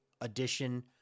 edition